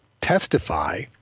testify